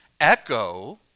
echo